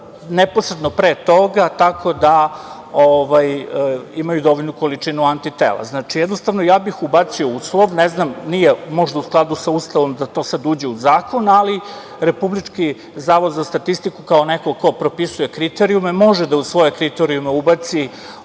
neposredno pre toga, tako da imaju dovoljnu količinu antitela. Jednostavno, ja bih ubacio uslov, možda nije u skladu sa Ustavom da to sad uđe u Zakon, ali Republički zavod za statistiku, kao neko ko propisuje kriterijume može da u svoje kriterijume ubaci